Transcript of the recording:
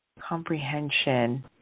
Comprehension